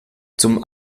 zum